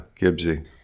Gibbsy